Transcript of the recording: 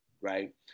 right